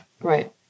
Right